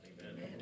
Amen